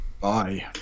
Bye